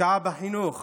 השקעה בחינוך